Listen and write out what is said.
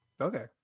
okay